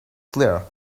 clear